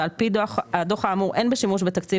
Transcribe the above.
ועל פי הדוח האמור אין בשימוש בתקציב